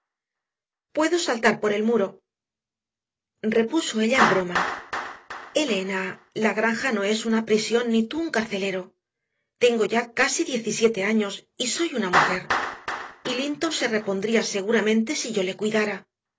puedo saltar por el muro repuso ella en broma elena la granja no es una prisión ni tú un carcelero tengo ya casi diecisiete años y soy una mujer y linton se repondría seguramente si yo le cuidara